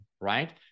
Right